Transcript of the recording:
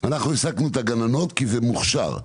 אנחנו העסקנו את הגננות כי זה מוכש"ר,